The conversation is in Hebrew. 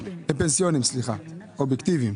הפנסיוניים, אובייקטיביים.